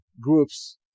groups